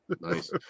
Nice